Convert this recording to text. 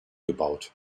gebaut